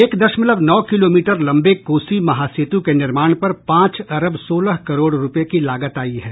एक दशमलव नौ किलोमीटर लंबे कोसी महासेतु के निर्माण पर पांच अरब सोलह करोड़ रुपये की लागत आई है